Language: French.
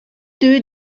deux